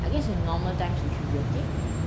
I guess in normal times it should be okay